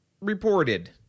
reported